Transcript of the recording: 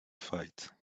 fight